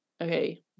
Okay